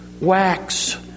wax